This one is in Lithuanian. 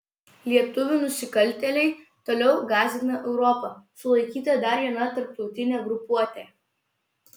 lietuvių nusikaltėliai toliau gąsdina europą sulaikyta dar viena tarptautinė grupuotė